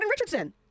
Richardson